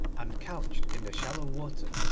and couched in the shallow water,